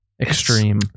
extreme